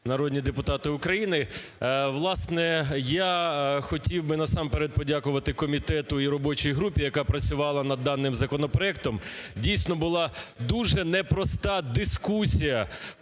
народні депутати України. Власне, я хотів би насамперед подякувати комітету і робочій групі, яка працювала над даним законопроектом. Дійсно, була дуже непроста дискусія